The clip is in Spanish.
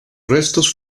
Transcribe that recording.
restos